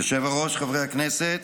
היושב-ראש, חברי הכנסת,